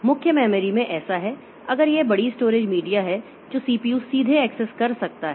मुख्य मेमोरी में ऐसा है अगर यह बड़ी स्टोरेज मीडिया है जो सीपीयू सीधे एक्सेस कर सकता है